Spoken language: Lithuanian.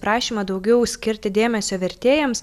prašymą daugiau skirti dėmesio vertėjams